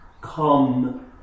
come